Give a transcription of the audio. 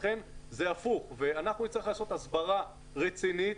לכן זה הפוך ואנחנו נצטרך לעשות הסברה רצינית